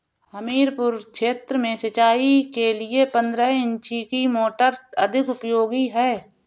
हमीरपुर क्षेत्र में सिंचाई के लिए पंद्रह इंची की मोटर अधिक उपयोगी है?